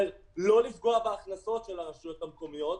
לא לפגוע בהכנסות של הרשויות המקומיות.